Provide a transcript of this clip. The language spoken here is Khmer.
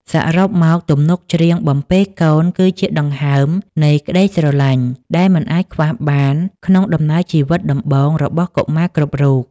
សរុបមក ទំនុកច្រៀងបំពេកូនគឺជាដង្ហើមនៃក្ដីស្រឡាញ់ដែលមិនអាចខ្វះបានក្នុងដំណើរជីវិតដំបូងរបស់កុមារគ្រប់រូប។